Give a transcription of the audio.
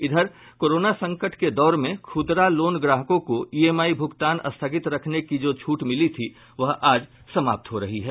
इधर कोरोना संकट के दौर में खुदरा लोन ग्राहकों को ईएमआई भुगतान स्थगित रखने की जो छूट मिली थी वह आज समाप्त हो रही है